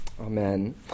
Amen